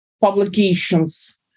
publications